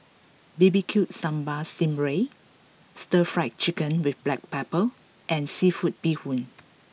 B B Q Sambal Sting Ray Stir Fry Chicken with Black Pepper and Seafood Bee Hoon